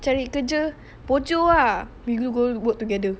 cari kerja ah we go work together